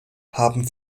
haben